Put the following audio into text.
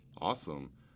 Awesome